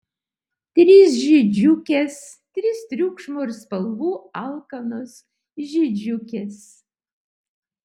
trys žydžiukės trys triukšmo ir spalvų alkanos žydžiukės